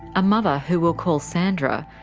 a mother who we'll call sandra,